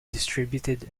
distributed